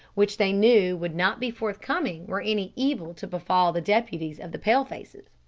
which they knew would not be forthcoming were any evil to befall the deputies of the pale-faces.